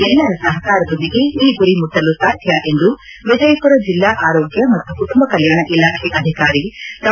ಎಲ್ಲರ ಸಹಕಾರದೊಂದಿಗೆ ಈ ಗುರಿ ಮುಟ್ಟಲು ಸಾಧ್ಯ ಎಂದು ವಿಜಯಪುರ ಜಿಲ್ಲಾ ಆರೋಗ್ಯ ಮತ್ತು ಕುಟುಂಬ ಕಲ್ಕಾಣ ಇಲಾಖೆ ಅಧಿಕಾರಿ ಡಾ